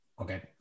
Okay